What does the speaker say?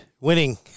winning